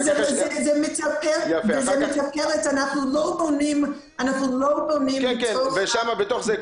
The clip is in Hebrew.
אנחנו לא מונעים --- ושם בתוך זה,